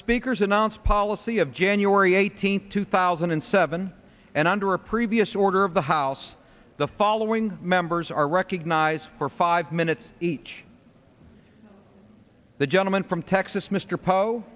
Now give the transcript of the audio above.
speakers announced policy of january eighteenth two thousand and seven and under a previous order of the house the following members are recognized for five minutes each the gentleman from texas mr po